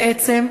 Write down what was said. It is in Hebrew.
בעצם,